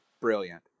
brilliant